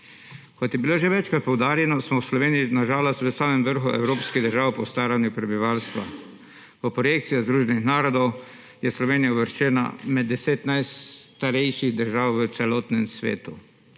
Kot je bilo že večkrat poudarjeno, smo v Sloveniji, na žalost, v samem vrhu evropskih držav po staranju prebivalstva. Po projekcijah Združenih narodov je Slovenija uvrščena med 10 najstarejših držav v celotnem svetu.